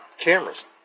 cameras